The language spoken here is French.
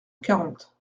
quarante